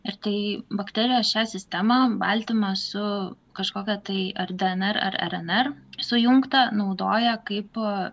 ir tai bakterijos šią sistemą baltymą su kažkokia tai ar dnr ar rnr sujungtą naudoja kaip